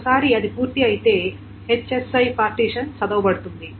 ఒక్కసారి అది పూర్తి అయితే పార్టీషన్ చదవబడుతుంది